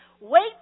Wait